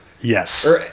Yes